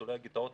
ניצולי הגטאות,